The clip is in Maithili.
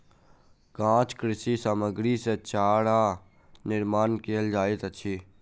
काँच कृषि सामग्री सॅ चारा निर्माण कयल जाइत अछि